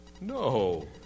No